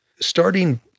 Starting